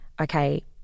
Okay